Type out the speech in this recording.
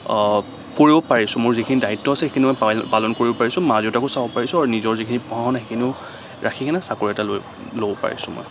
কৰিব পাৰিছোঁ মোৰ যিখিনি দায়িত্ব আছে সেইখিনি পালন কৰিব পাৰিছোঁ মা দেউতাকো চাব পাৰিছোঁ আৰু নিজৰ যিখিনি পঢ়া শুনা সেইখিনিও ৰাখিকেনে চাকৰি এটা লৈ ল'ব পাৰিছোঁ মই